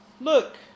Look